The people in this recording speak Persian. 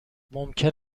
ممکن